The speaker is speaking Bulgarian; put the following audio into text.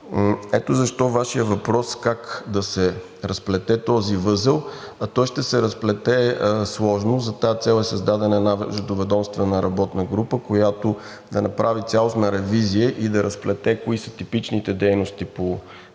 Ето защо Вашият въпрос как да се разплете този възел, а той ще се разплете сложно. За тази цел е създадена междуведомствена работна група, която да направи цялостна ревизия и да разплете кои са типичните дейности по ТРП